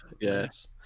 yes